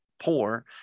poor